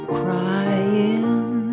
crying